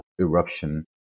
eruption